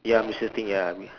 ya michievous thing ya I mean